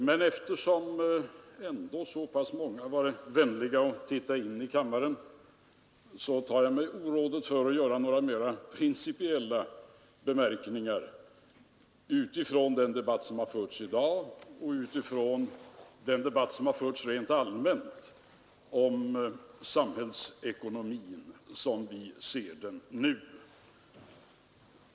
Men eftersom ändå så pass många varit vänliga att titta in i kammaren, tar jag mig orådet före att göra några mera principiella bemärkningar utifrån den debatt som förts i dag och utifrån den som förts rent allmänt om samhällsekonomin som vi nu ser den.